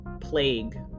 plague